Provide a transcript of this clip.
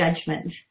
Judgment